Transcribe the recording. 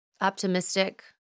optimistic